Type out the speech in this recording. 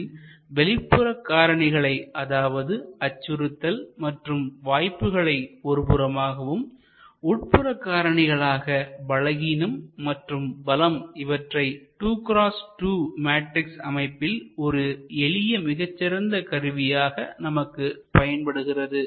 இதில் வெளிப்புற காரணிகளை அதாவது அச்சுறுத்தல் மற்றும் வாய்ப்புகளை ஒருபுறமாகவும் உள்புறகாரணிகளான பலகீனம் மற்றும் பலம் இவற்றை 2X2 மேட்ரிக்ஸ் அமைப்பில் ஒரு எளிய மிகச் சிறந்த கருவியாக நமக்கு பயன்படுகிறது